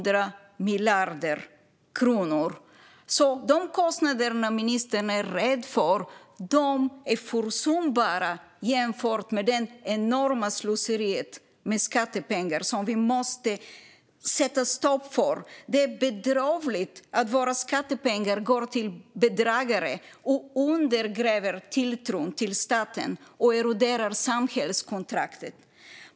De kostnader ministern är rädd för är försumbara jämfört med detta enorma slöseri med skattepengar, som vi måste sätta stopp för. Det är bedrövligt att våra skattepengar går till bedragare. Det undergräver tilltron till staten och eroderar samhällskontraktet.